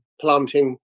planting